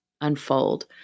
unfold